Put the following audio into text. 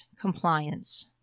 compliance